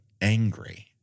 angry